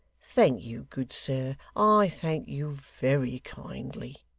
thank you, good sir. i thank you very kindly